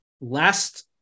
last